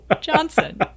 Johnson